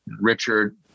Richard